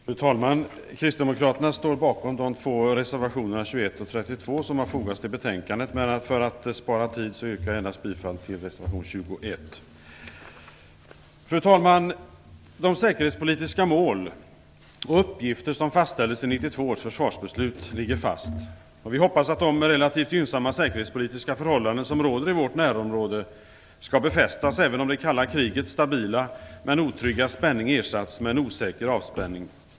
Fru talman! Kristdemokraterna står bakom de två reservationerna 21 och 32 som har fogats till betänkandet, men för att spara tid yrkar jag endast bifall till reservation 21. Fru talman! De säkerhetspolitiska mål och uppgifter som fastställdes i 1992 års försvarsbeslut ligger fast. Vi hoppas att de relativt gynnsamma säkerhetspolitiska förhållanden som råder i vårt närområde skall befästas även om det kalla krigets stabila men otrygga spänning ersatts med en osäker avspänning.